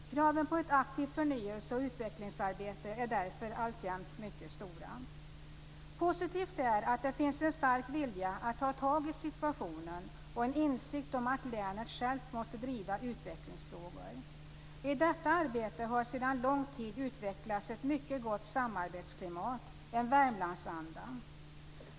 Kraven på ett aktivt förnyelse och utvecklingsarbete är därför alltjämt mycket stora. Positivt är att det finns en stark vilja att ta tag i situationen och en insikt om att länet självt måste driva utvecklingsfrågor. I detta arbete har sedan lång tid utvecklats ett mycket gott samarbetsklimat, en "Värmlandsanda".